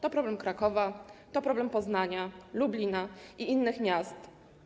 To problem Krakowa, to problem Poznania, Lublina i innych miast.